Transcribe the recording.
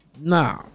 Nah